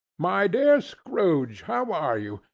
my dear scrooge, how are you?